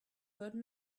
heard